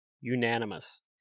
unanimous